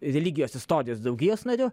religijos istorijos draugijos nariu